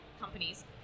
companies